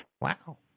Wow